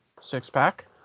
six-pack